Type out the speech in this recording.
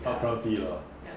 upfront fee uh